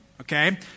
Okay